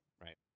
right